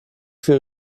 für